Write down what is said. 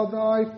thy